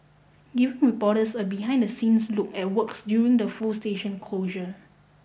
giving reporters a behind the scenes look at works during the full station closure